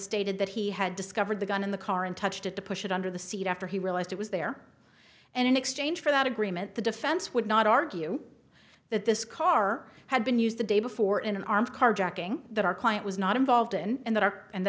stated that he had discovered the gun in the car and touched it to push it under the seat after he realized it was there and in exchange for that agreement the defense would not argue that this car had been used the day before in an armed carjacking that our client was not involved in and that are and